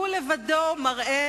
הוא לבדו מראה